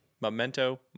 Memento